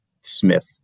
Smith